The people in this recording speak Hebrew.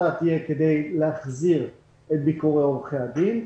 תהיה השיטה כדי להחזיר את ביקורי עורכי הדין,